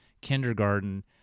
kindergarten